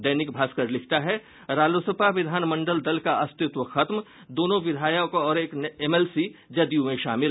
दैनिक भास्कर लिखता है रालोसपा विधानमंडल दल का अस्तित्व खत्म दोनों विधायक और एक एमएलसी जदयू में शामिल